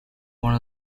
one